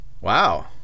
Wow